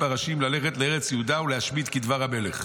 פרשים ללכת לארץ יהודה ולהשמיד כדבר המלך".